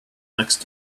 next